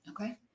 Okay